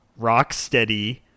Rocksteady